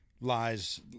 lies